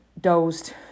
dozed